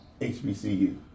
HBCU